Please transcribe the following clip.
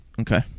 Okay